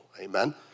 Amen